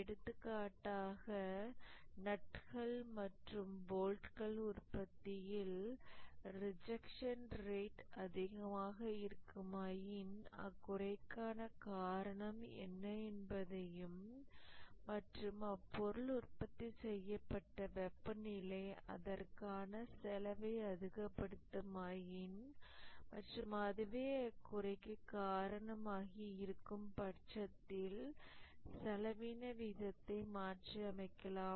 எடுத்துக்காட்டாக நட்டுகள் மற்றும் போல்ட்கள் உற்பத்தியில் ரிஜெக்ஷன் ரேட் அதிகமாக இருக்குமாயின் அக்குறைக்கான காரணம் என்ன என்பதையும் மற்றும் அப்பொருள் உற்பத்தி செய்யப்பட்ட வெப்பநிலை அதற்கான செலவை அதிகப்படுத்துமாயின் மற்றும் அதுவே அக்குறைக்கு காரணமாகி இருக்கும் பட்சத்தில் செலவின விகிதத்தை மாற்றி அமைக்கலாம்